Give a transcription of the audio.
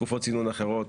תקופות צינון אחרות